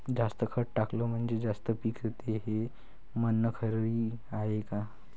जास्त खत टाकलं म्हनजे जास्त पिकते हे म्हन खरी हाये का?